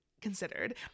considered